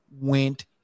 went